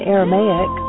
Aramaic